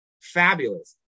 Fabulous